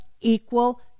equal